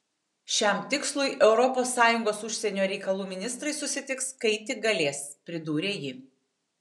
šiam tikslui europos sąjungos užsienio reikalų ministrai susitiks kai tik galės pridūrė ji